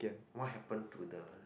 what happen to the